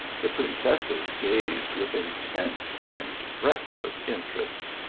the princesses gazed with intense and breathless interest.